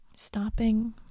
Stopping